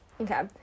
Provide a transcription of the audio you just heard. Okay